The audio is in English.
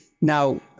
Now